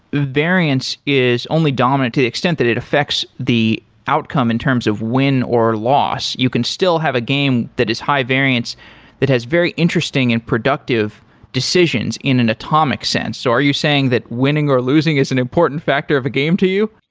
variance is only dominant to the extent that it affects the outcome in terms of win or loss. you can still have a game that is high variance that has very interesting and productive decisions in an atomic sense. so are you saying that winning or losing is an important factor of a game to you?